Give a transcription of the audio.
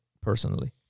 personally